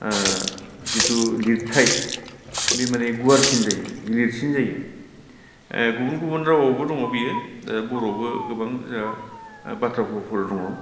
जितु लिरथाय बे माने गुवारसिन जायो गिलिरसिन जायो गुबुन गुबुन रावआवबो दङ बेयो बर'आवबो गोबां जोंहा बाथ्रा फावफोर दङ